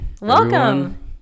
Welcome